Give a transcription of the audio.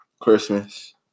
Christmas